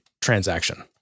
transaction